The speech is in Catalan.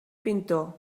pintor